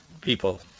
people